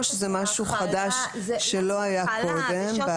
פסקה (3) היא חדשה שלא הייתה קודם.